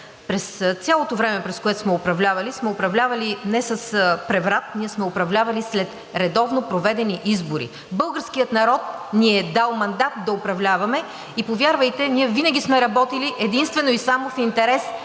през цялото време, през което сме управлявали, сме управлявали не с преврат, ние сме управлявали след редовно проведени избори. Българският народ ни е дал мандат да управляваме и повярвайте, ние винаги сме работили единствено и само в интерес